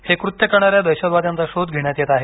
हे कृत्य करणाऱ्या दहशतवाद्यांचा शोध घेण्यात येत आहे